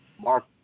Mark